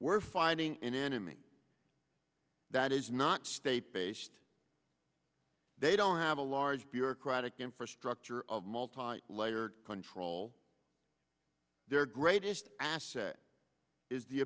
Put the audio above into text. we're finding an enemy that is not state based they don't have a large bureaucratic infrastructure of multiply layered control their greatest asset is the